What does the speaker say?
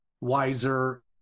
wiser